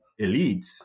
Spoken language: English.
elites